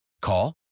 Call